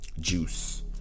Juice